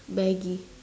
Maggie